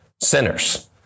sinners